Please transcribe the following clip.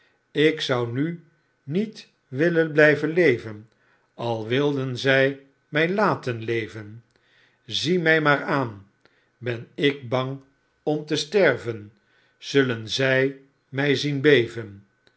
ik zou nu niet willen blijven leven als wilden zij mij latere leven zie mij maar aan ben ik bang om te sterven zullen zij mij zien beven